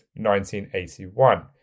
1981